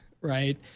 right